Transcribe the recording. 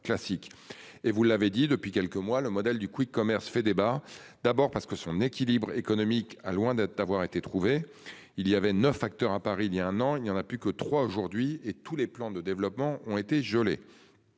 et vous l'avez dit, depuis quelques mois le modèle du Quick commerce fait débat. D'abord parce que son équilibre économique à loin d'être d'avoir été trouvé, il y avait 9 acteurs à Paris il y a un an, il n'y en a plus que trois aujourd'hui et tous les plans de développement ont été gelés.